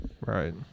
Right